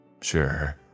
Sure